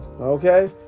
Okay